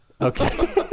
Okay